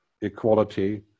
equality